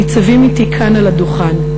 ניצבים אתי כאן על הדוכן,